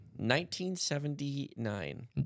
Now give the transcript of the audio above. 1979